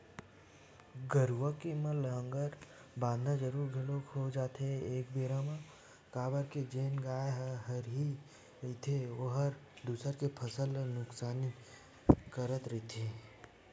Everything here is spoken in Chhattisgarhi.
गरुवा के म लांहगर बंधाना जरुरी घलोक हो जाथे एक बेरा म काबर के जेन गाय ह हरही रहिथे ओहर दूसर के फसल ल नुकसानी करत रहिथे